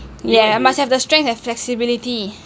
yeah I must have the strength and flexibility